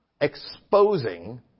exposing